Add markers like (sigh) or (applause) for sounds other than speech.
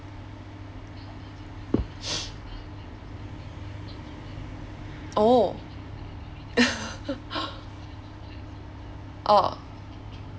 (breath) oh (laughs) orh